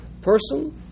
person